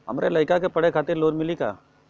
हमरे लयिका के पढ़े खातिर लोन मिलि का?